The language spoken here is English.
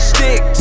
Stick